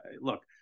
look